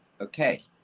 okay